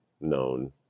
known